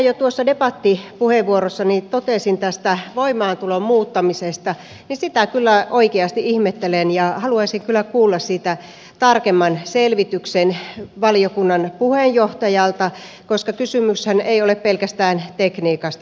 mitä jo tuossa debattipuheenvuorossani totesin tästä voimaantulon muuttamisesta niin sitä kyllä oikeasti ihmettelen ja haluaisin kyllä kuulla siitä tarkemman selvityksen valiokunnan puheenjohtajalta koska kysymyshän ei ole pelkästään tekniikasta